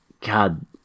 God